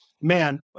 man